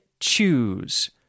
choose